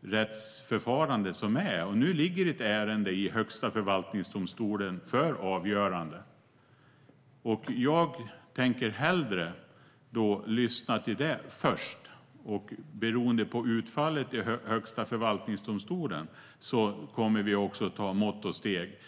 rättsförfarandet. Nu ligger det ett ärende i Högsta förvaltningsdomstolen för avgörande. Jag tänker hellre lyssna till det först och sedan, beroende på utfallet i Högsta förvaltningsdomstolen, kommer vi att vidta mått och steg.